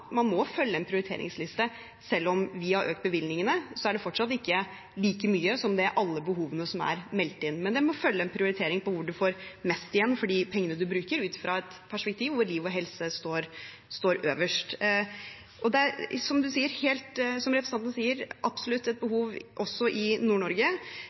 følge en prioriteringsliste. Selv om vi har økt bevilgningene, er det fortsatt ikke like mye som alle behovene som er meldt inn. Vi må følge en prioritering av hvor man får mest igjen for pengene man bruker, ut ifra et perspektiv der liv og helse står øverst. Som representanten sier, er det absolutt et behov i Nord-Norge. Av de ekstraordinære skjønnsmidlene som ble utdelt nå, gikk 9,5 mill. kr til Nordland, som representanten sier,